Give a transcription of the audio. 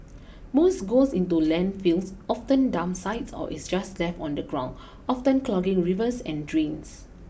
most goes into landfills often dump sites or is just left on the ground often clogging rivers and drains